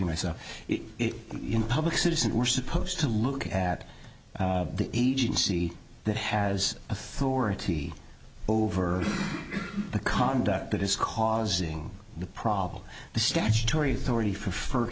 myself in public citizen we're supposed to look at the agency that has authority over the conduct that is causing the problem the statutory authority for